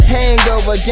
Hangover